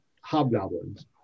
hobgoblins